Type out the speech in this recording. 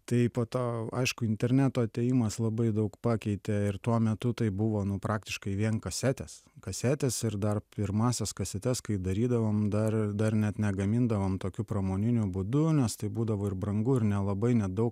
tai po to aišku interneto atėjimas labai daug pakeitė ir tuo metu tai buvo nu praktiškai vien kasetės kasetės ir dar pirmąsias kasetes kai darydavom dar dar net negamindavom tokiu pramoniniu būdu nes tai būdavo ir brangu ir nelabai nedaug